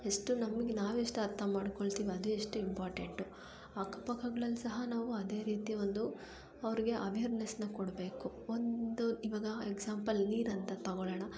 ಎಷ್ಟು ನಮ್ಗೆ ನಾವೆಷ್ಟ್ ಅರ್ಥಮಾಡ್ಕೊಳ್ತೀವಿ ಅದೇ ಎಷ್ಟೇ ಇಂಪಾರ್ಟೆಂಟು ಅಕ್ಕಪಕ್ಕಗಳಲ್ಲಿ ಸಹ ನಾವು ಅದೇ ರೀತಿ ಒಂದು ಅವ್ರಿಗೆ ಅವೆರ್ನೆಸ್ಸನ್ನ ಕೊಡಬೇಕು ಒಂದು ಇವಾಗ ಎಕ್ಸಾಂಪಲ್ ನೀರು ಅಂತ ತಗೊಳ್ಳೋಣ